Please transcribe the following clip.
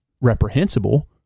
reprehensible